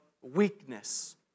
weakness